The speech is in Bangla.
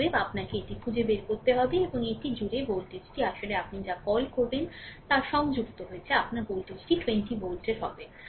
অতএব আপনাকে এটি খুঁজে বের করতে হবে এবং এটি জুড়ে ভোল্টেজটি আসলে আপনি যা কল করবেন তা সংযুক্ত রয়েছে আপনার ভোল্টেজটি 20 ভোল্টের হবে